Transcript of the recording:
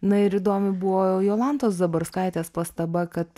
na ir įdomi buvo jolantos zabarskaitės pastaba kad